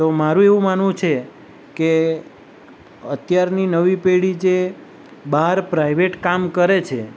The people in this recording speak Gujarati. તો મારું એવું માનવું છે કે અત્યારની નવી પેઢી જે બહાર પ્રાઇવેટ કામ કરે છે